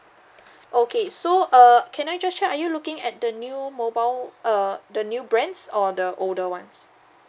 okay so uh can I just check are you looking at the new mobile err the new brands or the older ones